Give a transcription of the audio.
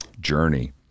journey